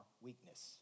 weakness